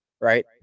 right